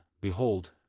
behold